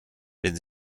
wenn